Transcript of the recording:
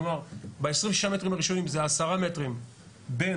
כלומר ב-26 מטרים הראשונים זה 10 מטרים בין